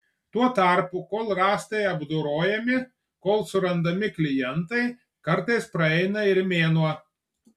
tuo tarpu kol rąstai apdorojami kol surandami klientai kartais praeina ir mėnuo